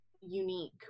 unique